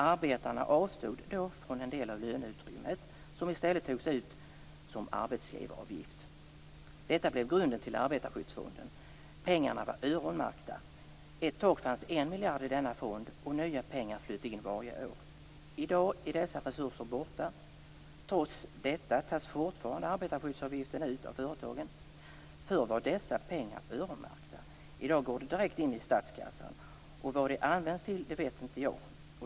Arbetarna avstod då från en del av löneutrymmet som i stället togs ut som arbetsgivaravgift. Detta blev grunden till Arbetarskyddsfonden. Pengarna var öronmärkta. Ett tag fanns det 1 miljard i denna fond, och nya pengar flöt in varje år. I dag är dessa resurser borta. Trots detta tas fortfarande arbetarskyddsavgiften ut av företagen. Förr var dessa pengar öronmärkta. I dag går de direkt in i statskassan. Vad de används till vet inte jag.